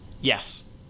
Yes